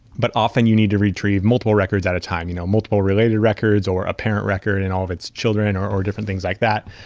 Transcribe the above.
but often, you need to retrieve multiple records at a time, you know multiple related records or a parent record and all of its children or or different things like that.